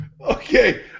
Okay